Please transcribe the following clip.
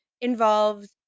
involved